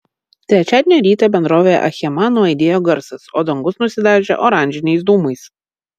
trečiadienio rytą bendrovėje achema nuaidėjo garsas o dangus nusidažė oranžiniais dūmais